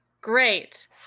great